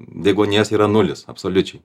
deguonies yra nulis absoliučiai